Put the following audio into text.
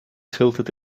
tilted